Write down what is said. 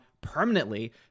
permanently